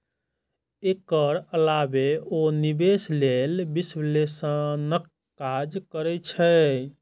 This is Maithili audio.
एकर अलावे ओ निवेश लेल विश्लेषणक काज करै छै